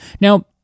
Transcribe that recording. Now